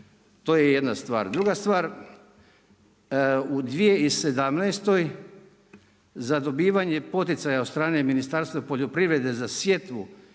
To je jedna stvar. Druga stvar, u 2017. za dobivanje poticaja od strane Ministarstva poljoprivrede za sjetvu